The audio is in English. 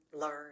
learn